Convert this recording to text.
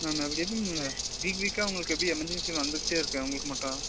ma'am வீக்வீக்கா உங்களுக்கு எப்படி emergency வந்துகிட்டே இருக்குது உங்களுக்கு மட்டும்